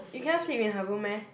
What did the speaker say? you cannot sleep in her room meh